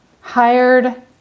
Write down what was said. hired